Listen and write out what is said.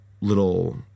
little